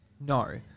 No